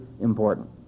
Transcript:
important